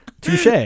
Touche